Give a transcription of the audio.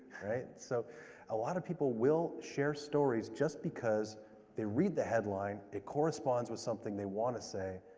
right? so a lot of people will share stories just because they read the headline, it corresponds with something they want to say,